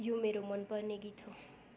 यो मेरो मन पर्ने गीत हो